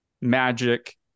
magic